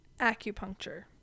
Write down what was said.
acupuncture